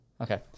Okay